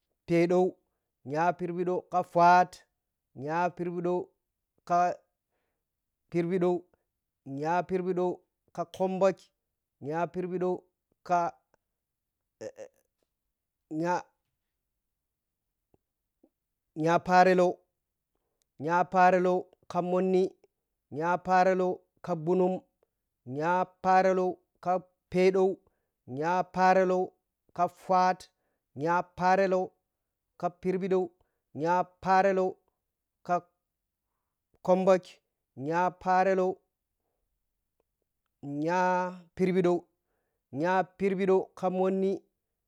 Pɛɛɗow nyaphirɓiɗow ka faat nyaphirɓiɗow ka phirɓiɗow nyaphirɓidow ka khumbhuk nya ka nya nyapharelow nya pharelow ka mhonni nyapharelow ka ɓhunum nyapharelow ka fɛɛɗow nyapharelow ka faat nyapharelow ka phirɓiɗow nyapharelow ka khumɓhuk nyapharelow nya phiirɓiɗow nyaphirɓiɗow ka mhenni nya phirɓiɗow ka peɛlow nyaphirɓiɗow ka faat nyaphirɓiɗow ka pharelɛw nya phirɓiɗɛw ka nyaphirɓiɗow ka khumɓhuk nya-khumbuk nyakhumɓhuk ka mhonni nya khumbuk ka pɛɛdow nyakhumbuk ka ɓhunum nya khumbuk ka peɛlow nyakhumbhuk ka faat nyakhumbhuk ka phirɓiɗow nya khumbhuk nya khumbhuk ka khumbhuk nya khumbhyk nya khumbhuk nya ghig mhonni khigomhonni.